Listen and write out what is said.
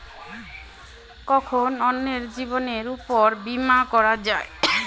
কখন অন্যের জীবনের উপর বীমা করা যায়?